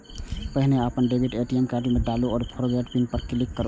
पहिने अपन debit card ATM मे डालू, फेर फोरगेट पिन पर क्लिक करू